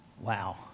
Wow